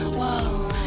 whoa